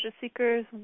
seekers